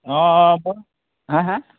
অঁ হা হা